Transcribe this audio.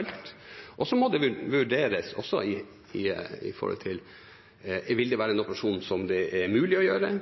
alt. Og så må det vurderes med tanke på om det vil være en operasjon som det er mulig å gjøre.